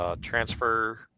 transfer